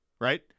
right